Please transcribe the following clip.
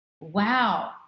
wow